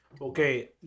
okay